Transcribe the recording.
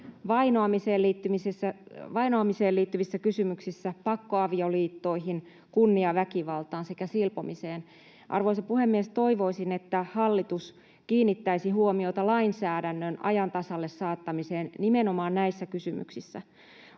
vainoamiseen liittyviin kysymyksiin, pakkoavioliittoihin, kunniaväkivaltaan sekä silpomiseen. Arvoisa puhemies! Toivoisin, että hallitus kiinnittäisi huomiota lainsäädännön ajan tasalle saattamiseen nimenomaan näissä kysymyksissä.